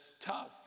tough